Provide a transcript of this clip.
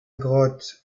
grotte